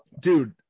dude